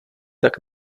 tak